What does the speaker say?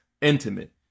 intimate